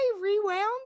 rewound